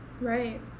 right